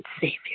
Savior